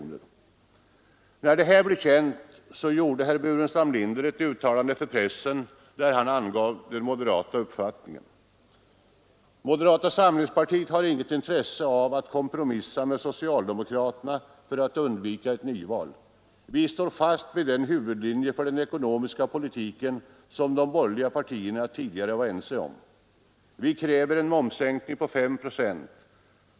När detta resultat blev känt gjorde herr Burenstam Linder ett uttalande för pressen, där han angav moderaternas uppfattning så här: ”Moderata samlingspartiet har inget intresse av att kompromissa med socialdemokraterna för att undvika ett nyval. Vi står fast vid den huvudlinje för den ekonomiska politiken, som de borgerliga partierna tidigare var ense om. Vi kräver en momssänkning på 5 procent.